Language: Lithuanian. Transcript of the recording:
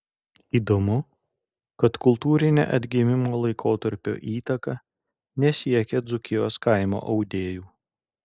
įdomu kad kultūrinė atgimimo laikotarpio įtaka nesiekė dzūkijos kaimo audėjų